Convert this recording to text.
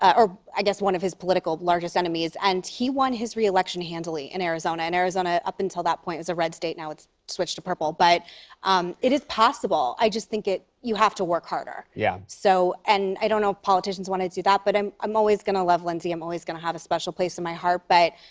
ah or, i guess, one of his political largest enemies, and he won his re-election handily in arizona. and arizona, up until that point, was a red state. now it's switched to purple. but um it is possible. i just think it you have to work harder. yeah. so and i don't know if politicians want to do that, but i'm i'm always going to love lindsey. i'm always going to have a special place in my heart. but,